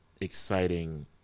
exciting